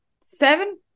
seven